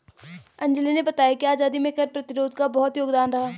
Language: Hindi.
अंजली ने बताया कि आजादी में कर प्रतिरोध का बहुत योगदान रहा